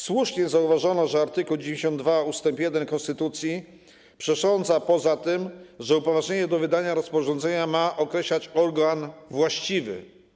Słusznie zauważono, że art. 92 ust. 1 konstytucji przesądza, że upoważnienie do wydania rozporządzenia ma określać organ właściwy.